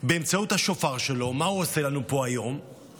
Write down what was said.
אדוני היושב-ראש, זה שעדיין תקוע מבחינה תפיסתית